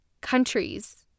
countries